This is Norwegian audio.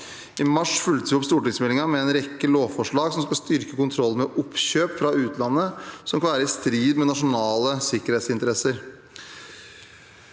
I mars fulgte vi opp stortingsmeldingen med en rekke lovforslag som skal styrke kontrollen med oppkjøp fra utlandet som kan være i strid med nasjonale sikkerhetsinteresser.